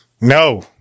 no